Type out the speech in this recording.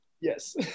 yes